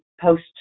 post